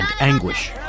anguish